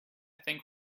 think